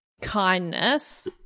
kindness